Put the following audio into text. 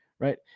Right